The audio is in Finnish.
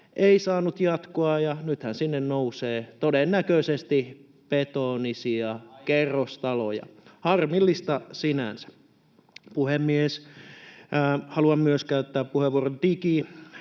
ei saanut jatkoa, ja nythän sinne nousee todennäköisesti betonisia kerrostaloja — harmillista sinänsä. Puhemies! Haluan myös käyttää puheenvuoron